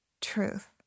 truth